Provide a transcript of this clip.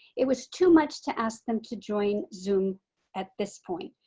it was too much to ask them to join zoom at this point.